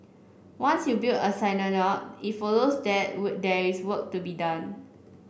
once you build a it follows that there is work to be done